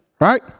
right